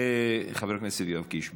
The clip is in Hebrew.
חבר הכנסת יואב קיש,